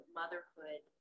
motherhood